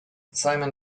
simon